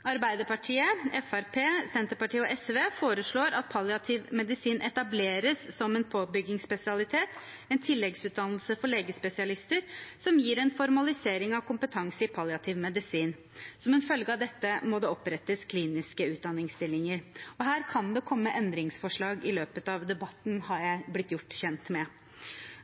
Arbeiderpartiet, Fremskrittspartiet, Senterpartiet og SV foreslår at palliativ medisin etableres som en påbyggingsspesialitet – en tilleggsutdannelse for legespesialister som gir en formalisering av kompetanse i palliativ medisin. Som en følge av dette må det opprettes kliniske utdanningsstillinger. Her kan det komme endringsforslag i løpet av debatten, har jeg blitt gjort kjent med.